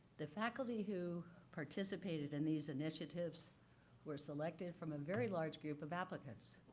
the faculty who participated in these initiatives were selected from ah very large group of applicants,